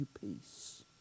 peace